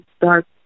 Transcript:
dark